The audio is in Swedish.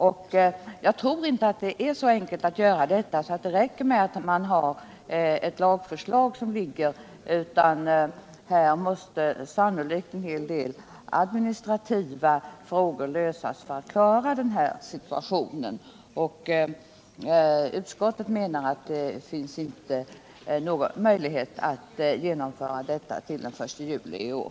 Emellertid tror jag inte att det är så enkelt att vidta en sådan här åtgärd att det räcker med att det finns ett lagförslag, utan först måste sannolikt en hel del administrativa frågor lösas. Utskottet anser att det inte finns någon möjlighet att genomföra en ändring till den 1 juli i år.